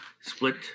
split